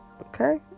okay